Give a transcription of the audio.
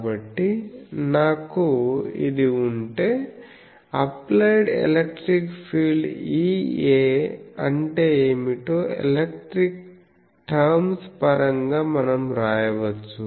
కాబట్టి నాకు ఇది ఉంటే అప్లైడ్ ఎలక్ట్రిక్ ఫీల్డ్ EA అంటే ఏమిటో ఎలక్ట్రిక్ టర్మ్స్ పరంగా మనం వ్రాయవచ్చు